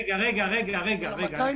רגע, רגע, רגע.